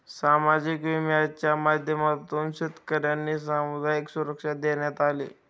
सामाजिक विम्याच्या माध्यमातून शेतकर्यांना सामूहिक सुरक्षा देण्यात आली